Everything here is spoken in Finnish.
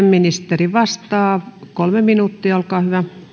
ministeri vastaa kolme minuuttia olkaa hyvä